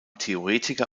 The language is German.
theoretiker